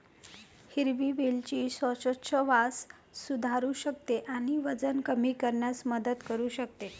हिरवी वेलची श्वासोच्छवास सुधारू शकते आणि वजन कमी करण्यास मदत करू शकते